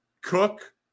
Cook